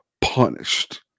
punished